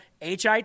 HIT